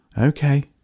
Okay